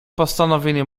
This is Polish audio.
postanowienie